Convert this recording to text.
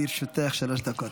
לרשותך, שלוש דקות.